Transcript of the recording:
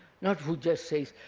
not who just says,